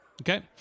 Okay